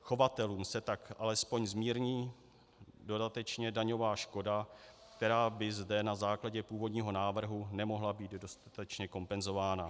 Chovatelům se tak alespoň zmírní dodatečně daňová škoda, která by zde na základě původního návrhu nemohla být dostatečně kompenzována.